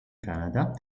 canada